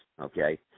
okay